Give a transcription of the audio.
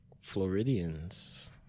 Floridians